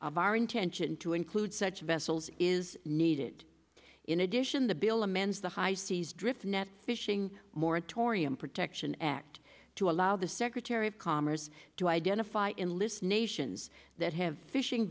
of our intention to include such vessels is needed in addition the bill amends the high seas drift nets fishing moratorium protection act to allow the secretary of commerce to identify and list nations that have fishing